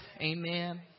Amen